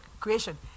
creation